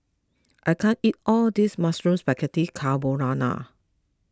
I can't eat all this Mushroom Spaghetti Carbonara